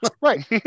right